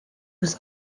was